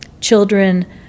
children